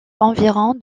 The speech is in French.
environ